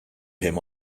him